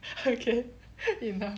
okay enough